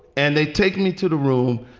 and they take me to the room.